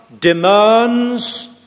demands